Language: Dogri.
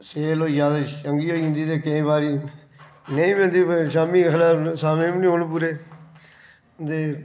सेल होई जा ते चंगी बी होई जंदी ते केईं बारी नेई बी हुंदी शामी जिसलै शामी बी नी होन पूरे ते